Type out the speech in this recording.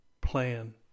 plan